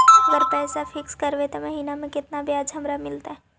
अगर पैसा फिक्स करबै त महिना मे केतना ब्याज हमरा मिलतै?